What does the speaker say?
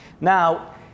Now